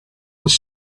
was